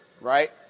Right